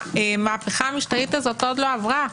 המהפכה המשטרית הזאת עוד לא עברה,